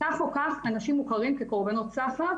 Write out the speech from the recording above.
אבל לא היינו חשופים לא מספיק,